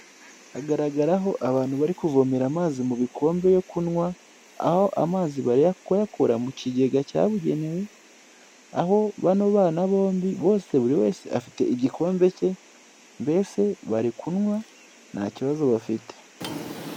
Hagaragaraho abantu bari kuvomera amazi mu bikombe yo kunywa, aho amazi bari kuyakura mu kigega cyabugenewe. Aho bano bana bombi bose buri wese afite igikombe cye, mbese bari kunywa nta kibazo bafite.